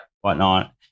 whatnot